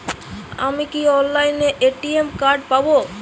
আমি কি অনলাইনে এ.টি.এম কার্ড পাব?